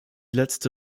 letzte